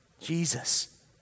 Jesus